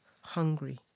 hungry